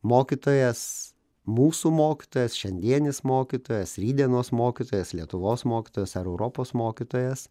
mokytojas mūsų mokytojas šiandienis mokytojas rytdienos mokytojas lietuvos mokytojas ar europos mokytojas